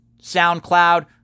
SoundCloud